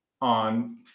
on